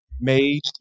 made